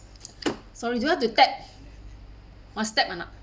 sorry you have to tap must tap or not